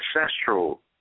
ancestral